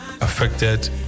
affected